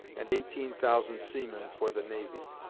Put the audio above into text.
and eighteen thousand seamen for the navy.